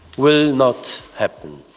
will not happen.